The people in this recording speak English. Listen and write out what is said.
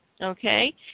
okay